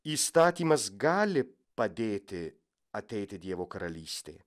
įstatymas gali padėti ateiti dievo karalystei